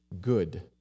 good